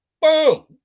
Boom